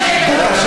רגב.